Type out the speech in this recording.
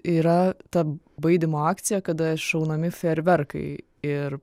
yra ta baidymo akcija kada šaunami fejerverkai ir